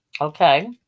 Okay